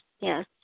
yes